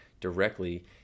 directly